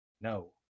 No